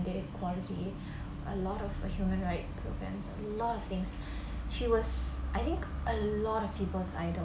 the quality a lot of a human right programs a lot of things she was I think a lot of people's idol